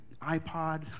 iPod